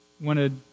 wanted